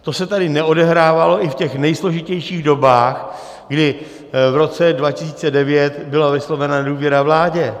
To se tady neodehrávalo ani v těch nejsložitějších dobách, kdy v roce 2009 byla vyslovena nedůvěra vládě.